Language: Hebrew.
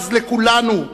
הבז לכולנו,